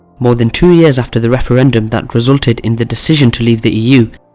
more than two years after the referendum that resulted in the decision to leave the eu,